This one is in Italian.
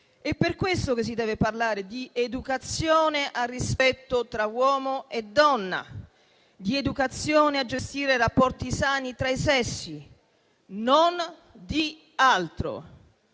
È per questo che si deve parlare di educazione al rispetto tra uomo e donna, di educazione a gestire rapporti sani tra i sessi e non di altro.